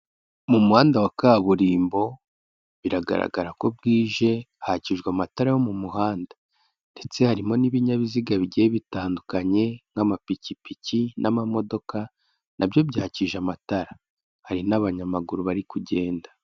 Mu muhanda wa kaburimbo, biragaragara ko bwije, hakijwe amatara yo mu muhanda ndetse harimo n'ibinyabiziga bigiye bitandukanye nk'amapikipiki n'amamodoka, nabyo byakije amatara, hari n'abanyamaguru bari kugenda.